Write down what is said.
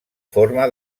forma